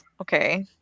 okay